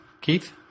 Keith